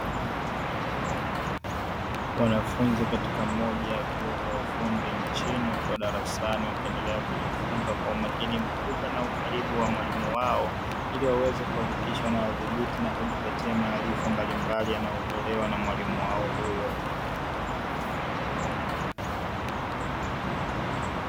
Wanafunzi katika moja ya vyuo vya ufundi nchini, wakiwa darasani wakiendelea kujifunza kwa umakini mkubwa na ukaribu wa mwalimu wao, ili waweze kuhakikisha wanadhibiti na kujipatia maarifa mbalimbali yanayotolewa na mwalimu wao huyo.